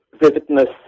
vividness